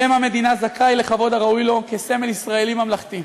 שם המדינה זכאי לכבוד הראוי לו כסמל ישראלי ממלכתי.